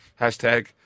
Hashtag